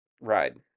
ride